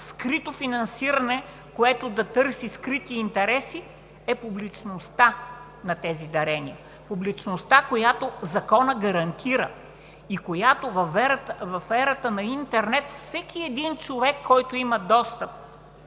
скрито финансиране, което да търси скрити интереси, е публичността на тези дарения, публичността, която законът гарантира. В ерата на интернет всеки един човек, който има достъп